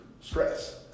stress